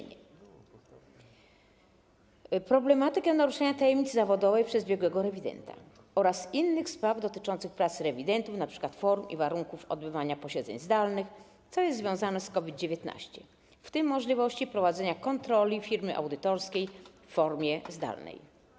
Część regulacji odnosi się do problematyki naruszenia tajemnicy zawodowej przez biegłego rewidenta oraz innych spraw dotyczących prac rewidentów, np. form i warunków odbywania posiedzeń zdalnych - co jest związane z COVID-19 - w tym możliwości prowadzenia kontroli firmy audytorskiej w formie zdalnej.